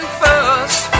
first